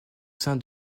sein